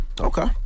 Okay